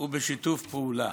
ובשיתוף פעולה.